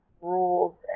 rules